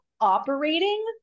operating